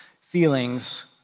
feelings